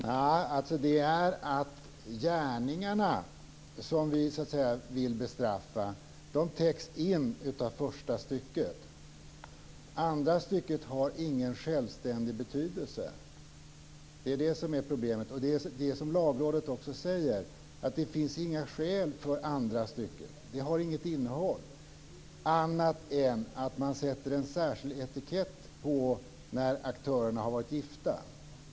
Herr talman! De gärningar vi vill bestraffa täcks in av första stycket. Andra stycket har ingen självständig betydelse. Det är det som är problemet. Lagrådet säger också att det inte finns något skäl för andra stycket. Det har inget innehåll, annat än att sätta en särskild etikett på när aktörerna har varit gifta.